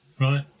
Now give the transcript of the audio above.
right